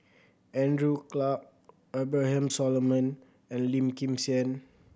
Andrew Clarke Abraham Solomon and Lim Kim San